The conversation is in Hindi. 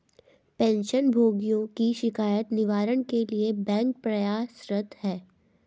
पेंशन भोगियों की शिकायत निवारण के लिए बैंक प्रयासरत है